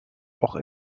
auch